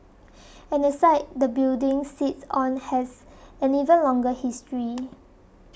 and the site the building sits on has an even longer history